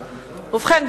ובכן,